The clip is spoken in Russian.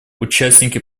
участники